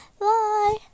bye